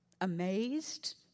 amazed